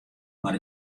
mar